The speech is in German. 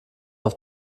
auf